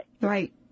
Right